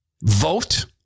vote